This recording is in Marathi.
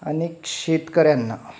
अनेक शेतकऱ्यांना